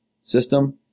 system